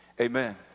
amen